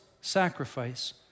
sacrifice